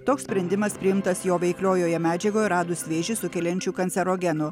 toks sprendimas priimtas jo veikliojoje medžiagoje radus vėžį sukeliančių kancerogenų